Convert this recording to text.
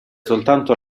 soltanto